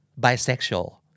Bisexual